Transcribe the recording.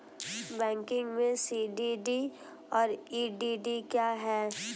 Banking में CDD और EDD क्या हैं?